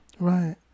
Right